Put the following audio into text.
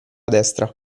destra